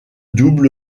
double